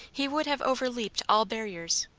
he would have overleaped all barriers,